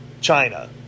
China